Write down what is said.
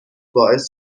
باعث